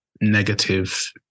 negative